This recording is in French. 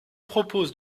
propose